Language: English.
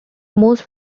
most